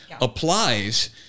applies